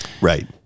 Right